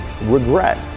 regret